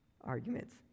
arguments